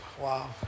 wow